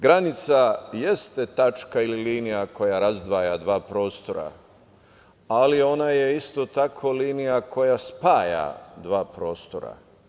Granica jeste tačka ili linija koja razdvaja dva prostora, ali ona je isto tako linija koja spaja dva prostora.